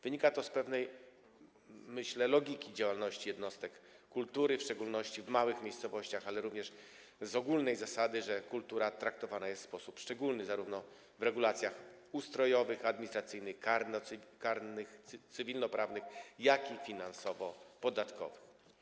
Wynika to, jak myślę, z pewnej logiki działalności jednostek kultury, w szczególności w małych miejscowościach, ale również z ogólnej zasady, że kultura traktowana jest w sposób szczególny zarówno w regulacjach ustrojowych, administracyjnych, karnych, cywilnoprawnych, jak i finansowo-podatkowych.